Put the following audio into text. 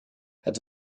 het